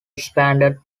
expanded